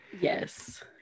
Yes